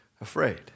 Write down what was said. afraid